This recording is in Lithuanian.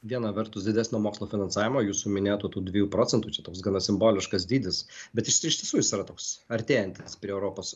viena vertus didesnio mokslo finansavimo jūsų minėtų tų dviejų procentų čia toks gana simboliškas dydis bet iš iš tiesų jis yra toks artėjantis prie europos